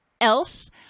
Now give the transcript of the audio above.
Else